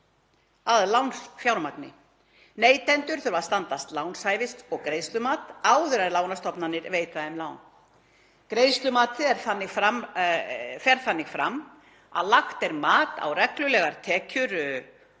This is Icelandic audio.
að lánsfjármagni. Neytendur þurfa að standast lánshæfis- og greiðslumat áður en lánastofnanir veita þeim lán. Greiðslumatið fer þannig fram að lagt er mat á reglulegar tekjur og